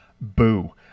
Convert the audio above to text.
boo